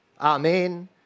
Amen